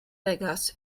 vegas